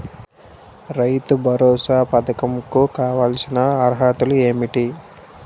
రైతు భరోసా పధకం కు కావాల్సిన అర్హతలు ఏమిటి?